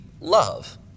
love